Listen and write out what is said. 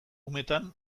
umetan